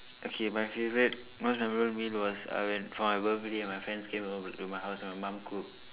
okay my favorite most memorably meal was uh for my birthday my friends came over to my house and my mum cook